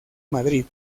madrid